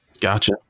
Gotcha